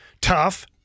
tough